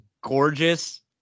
gorgeous